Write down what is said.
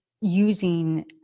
using